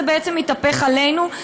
זה בעצם התהפך עלינו.